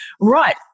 Right